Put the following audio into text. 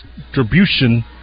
distribution